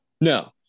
no